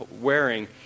wearing